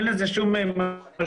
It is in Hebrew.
אין לזה שום משמעות,